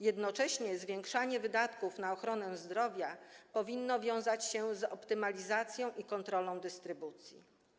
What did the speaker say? Jednocześnie zwiększanie wydatków na ochronę zdrowia powinno wiązać się z optymalizacją i kontrolą dystrybucji.